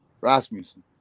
Rasmussen